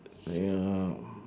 wait ah